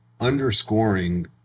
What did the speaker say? Underscoring